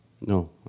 No